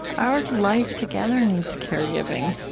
our life together needs caregiving.